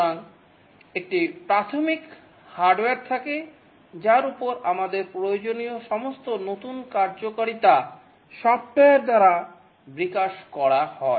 সুতরাং একটি প্রাথমিক হার্ডওয়্যার থাকে যার উপর আমাদের প্রয়োজনীয় সমস্ত নতুন কার্যকারিতা সফ্টওয়্যার দ্বারা বিকাশ করা হয়